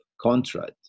contract